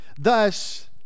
thus